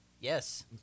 Yes